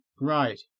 Right